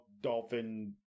dolphin